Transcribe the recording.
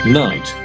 night